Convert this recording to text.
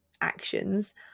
actions